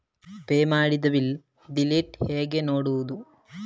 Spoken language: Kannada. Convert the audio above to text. ಪೇ ಮಾಡಿದ ಬಿಲ್ ಡೀಟೇಲ್ ಹೇಗೆ ನೋಡುವುದು?